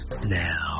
now